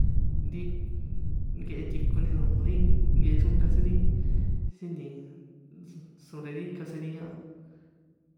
Ri nkehe tꞌikoni o̱ ri nkehe chrónka sin ri sin nti sobre ri caseria a.